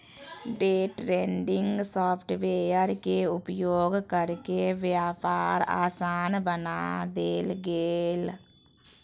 day trading software के उपयोग करके व्यापार आसान बना देल गेलय